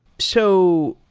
so,